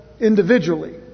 individually